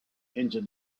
into